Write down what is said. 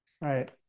Right